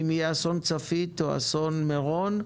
אם יהיה אסון צפית או אסון מירון,